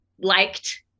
liked